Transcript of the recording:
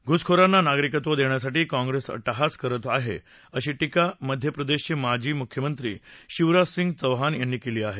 घ्सखोरांना नागरिकत्व देण्यासाठी काँग्रेस अट्टहास करत आहे अशी टीका मध्य प्रदेशचे माजी म्ख्यमंत्री शिवराज सिंग चौहान यांनी केली आहे